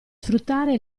sfruttare